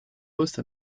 poste